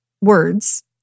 words